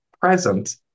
present